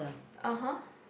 (uh huh)